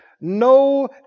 No